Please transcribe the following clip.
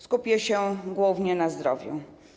Skupię się głównie na zdrowiu.